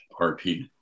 RP